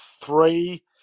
three